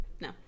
No